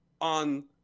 on